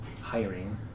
hiring